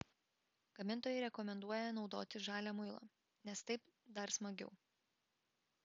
gamintojai rekomenduoja naudoti žalią muilą nes taip dar smagiau